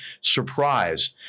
surprise